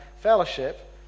fellowship